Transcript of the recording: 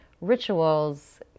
rituals